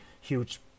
huge